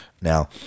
now